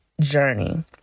journey